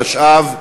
התשע"ו,